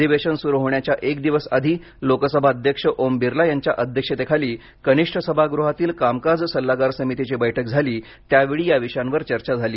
अधिवेशन सुरू होण्याच्या एक दिवस लोकसभा अध्यक्ष ओम बिर्ला यांच्या अध्यक्षतेखाली कनिष्ठ सभागृहातील कामकाज सल्लागार समितीची बैठक झाली त्यावेळी या विषयांवर चर्चा झाली